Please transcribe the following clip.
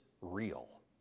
real